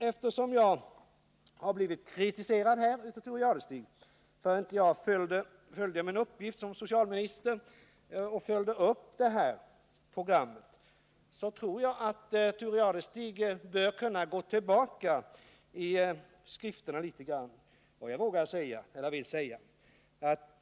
Eftersom jag har blivit kritiserad av Thure Jadestig för att jag inte skulle ha fyllt min uppgift som socialminister och följt upp 1977 års riksdagsbeslut får jag säga att Thure Jadestig bör gå tillbaka litet i skrifterna.